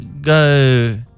go